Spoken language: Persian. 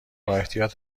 بااحتیاط